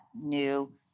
new